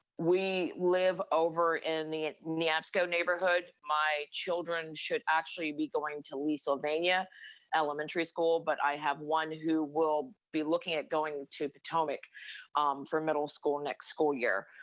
we live over in the neabsco neighborhood. my children should actually be going to leesylvania elementary school, but i have one who will be looking at going to potomac for middle school next school year.